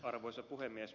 arvoisa puhemies